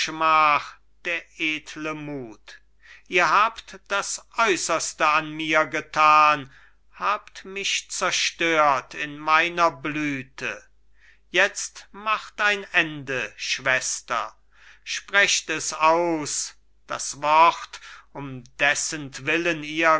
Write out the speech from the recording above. der edle mut ihr habt das äußerste an mir getan habt mich zerstört in meiner blüte jetzt macht ein ende schwester sprecht es aus das wort um dessentwillen ihr